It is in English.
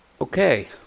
Okay